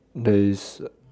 there's